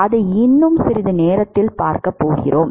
அதை இன்னும் சிறிது நேரத்தில் பார்க்கப் போகிறோம்